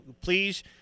please